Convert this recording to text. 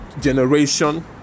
generation